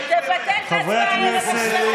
תבטל את ההצבעה הערב.